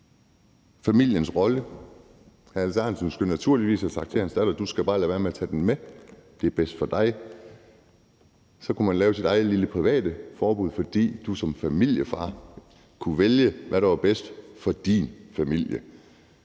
familiens rolle. Hr. Alex Ahrendtsen skulle naturligvis have sagt til sin datter: Du skal bare lade være med at tage den med; det er bedst for dig. Så kunne man lave sit eget lille private forbud, fordi du som familiefar kunne vælge, hvad der var bedst for din familie,